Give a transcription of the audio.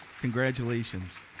Congratulations